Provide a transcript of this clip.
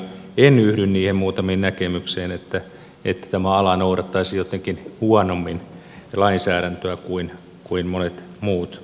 en yhdy niihin muutamiin näkemyksiin että tämä ala noudattaisi jotenkin huonommin lainsäädäntöä kuin monet muut alat